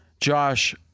Josh